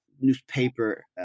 newspaper